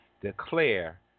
declare